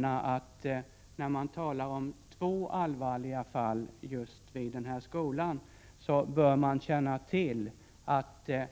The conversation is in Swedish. När man talar om två allvarliga fall just vid denna skola bör man känna till att det